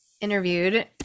interviewed